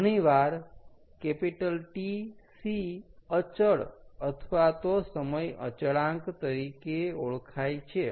ઘણીવાર Tc અચળ અથવા તો સમય અચળાંક તરીકે ઓળખાય છે